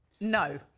No